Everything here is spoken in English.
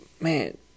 man